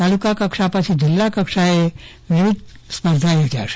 તાલુકા કક્ષાપછી હવે જિલ્લા કક્ષાની વિવિધ સ્પર્ધા યોજાશે